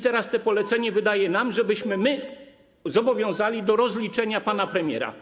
Teraz to polecenie wydaje nam, żebyśmy my zobowiązali do rozliczenia pana premiera.